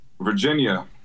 Virginia